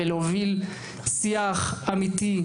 ולהוביל שיח אמיתי,